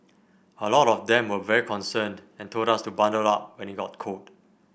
a lot of them were very concerned and told us to bundle up when it got cold